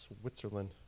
Switzerland